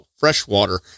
Freshwater